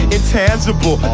Intangible